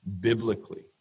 biblically